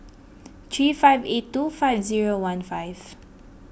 three five eight two five zero one five